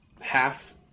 half